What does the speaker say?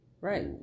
Right